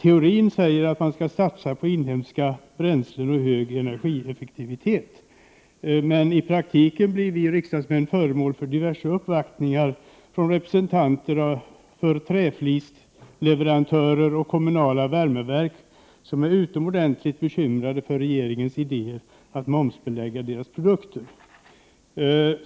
Enligt teorin skall man satsa på inhemska bränslen och hög energieffektivitet. Men i praktiken blir vi riksdagsmän föremål för diverse uppvaktningar från representanter för träflisleverantörer och kommunala värmeverk vilka är utomordentligt bekymrade över regeringens idéer om att momsbelägga deras produkter.